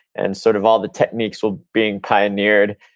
and sort of all the techniques were being pioneered,